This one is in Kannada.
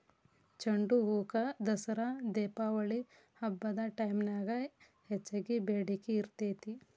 ಚಂಡುಹೂಕ ದಸರಾ ದೇಪಾವಳಿ ಹಬ್ಬದ ಟೈಮ್ನ್ಯಾಗ ಹೆಚ್ಚಗಿ ಬೇಡಿಕಿ ಇರ್ತೇತಿ